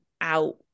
out